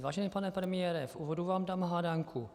Vážený pane premiére, v úvodu vám dám hádanku.